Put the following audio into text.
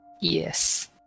Yes